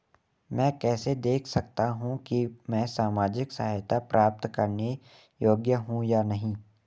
मैं कैसे देख सकता हूं कि मैं सामाजिक सहायता प्राप्त करने योग्य हूं या नहीं?